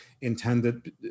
intended